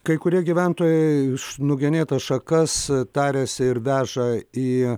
kai kurie gyventojai š nugenėtas šakas tariasi ir veža į